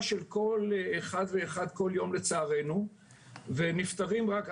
של כל אחד ואחד כל יום לצערנו ונפטרים רק,